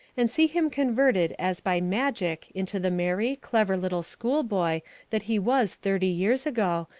and see him converted as by magic into the merry, clever little school-boy that he was thirty years ago,